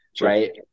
Right